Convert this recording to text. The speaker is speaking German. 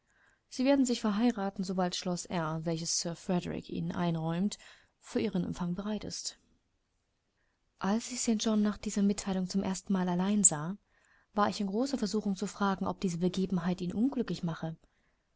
sie werden sich verheiraten sobald schloß r welches sir frederik ihnen einräumt für ihren empfang bereit ist als ich st john nach dieser mitteilung zum erstenmal allein sah war ich in großer versuchung zu fragen ob diese begebenheit ihn unglücklich mache